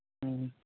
हँ